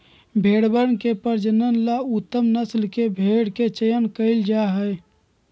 भेंड़वन के प्रजनन ला उत्तम नस्ल के भेंड़ा के चयन कइल जाहई